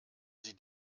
sie